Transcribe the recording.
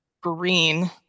green